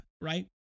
right